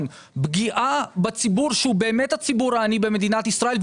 פגיעה בציבור שהוא באמת הציבור העני במדינת ישראל,